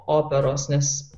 operos nes